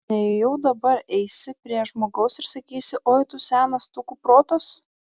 nejau dabar eisi prie žmogaus ir sakysi oi tu senas tu kuprotas